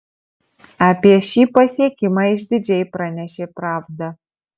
apie šį pasiekimą išdidžiai pranešė pravda